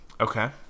Okay